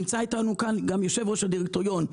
נמצא איתנו כאן גם יושב-ראש הדירקטוריון,